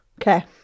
Okay